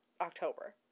October